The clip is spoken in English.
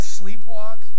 sleepwalk